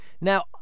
Now